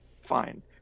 fine